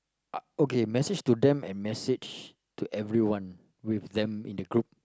uh okay message to them and message to everyone with them in the group